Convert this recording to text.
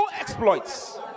exploits